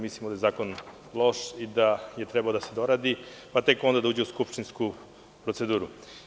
Mislimo da je zakon loš i da je trebalo da se doradi, pa tek onda da uđe u skupštinsku proceduru.